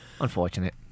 Unfortunate